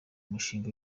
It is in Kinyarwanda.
mushinga